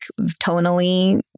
tonally